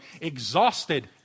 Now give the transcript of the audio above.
exhausted